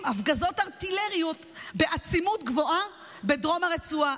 הפגזות ארטילריות בעצימות גבוהה בדרום הרצועה.